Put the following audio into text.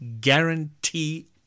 guarantee